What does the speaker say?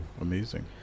Amazing